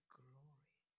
glory